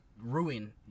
ruin